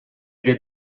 did